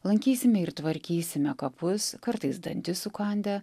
lankysime ir tvarkysime kapus kartais dantis sukandę